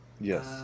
Yes